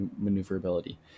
maneuverability